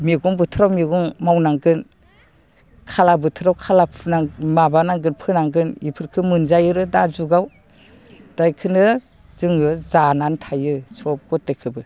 मेगं बोथोराव मेगं मावनांगोन खाला बोथोराव खाला फुनां माबानांगोन फोनांगोन बेफोरखौ मोनजायो दा जुगाव दा बेखौनो जोङो जानानै थायो सब गथयखौबो